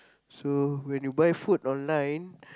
so when you buy food online